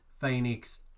Phoenix